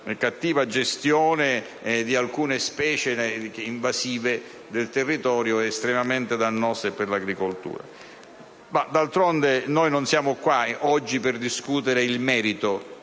cattiva gestione di alcune specie invasive del territorio estremamente dannose per l'agricoltura. D'altronde, non ci troviamo qui oggi per discutere il merito